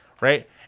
right